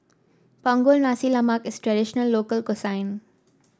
Punggol Nasi Lemak is a traditional local cuisine